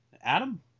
Adam